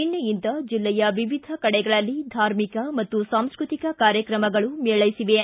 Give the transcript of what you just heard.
ನಿನ್ನೆಯಿಂದ ಜಿಲ್ಲೆಯ ವಿವಿಧ ಕಡೆಗಳಲ್ಲಿ ಧಾರ್ಮಿಕ ಸಾಂಸ್ಕೃತಿಕ ಕಾರ್ಯಕ್ರಮಗಳು ಮೇಳೈಸಲಿವೆ